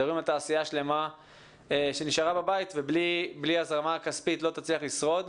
זאת תעשייה שלמה שנשארה בבית ובלי הזרמה כספית לא תצליח לשרוד.